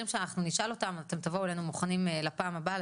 שאנחנו נשאל אותם ואתם תבואו אלינו מוכנים לפעם הבאה,